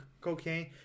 cocaine